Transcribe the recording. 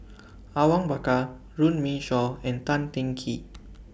Awang Bakar Runme Shaw and Tan Teng Kee